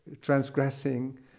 transgressing